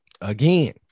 Again